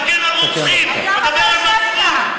מגן על רוצחים, מדבר על מצפון.